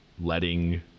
letting